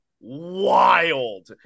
wild